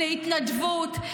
להתנדבות,